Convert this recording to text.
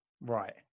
Right